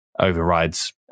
overrides